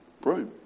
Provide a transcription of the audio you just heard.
broom